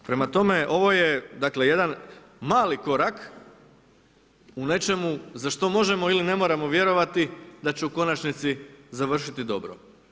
Prema tome ovo je dakle jedan mali korak u nečemu za što možemo ili ne moramo vjerovati da će u konačnici završiti dobro.